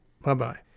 Bye-bye